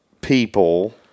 people